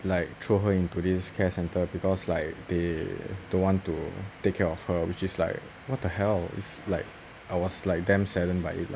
like throw her into this care centre because like they don't want to take care of her which is like what the hell it's like I was like damn sadden by it lah